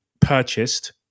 purchased